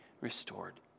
restored